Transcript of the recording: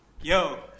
yo